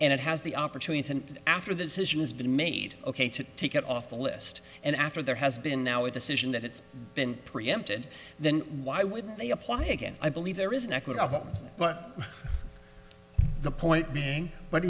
and it has the opportunity and after the decision has been made ok to take it off the list and after there has been now a decision that it's been preempted then why wouldn't they apply again i believe there is an equitable but the point being but